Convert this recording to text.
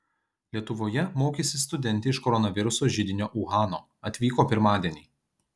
lietuvoje mokysis studentė iš koronaviruso židinio uhano atvyko pirmadienį